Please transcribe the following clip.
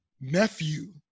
nephew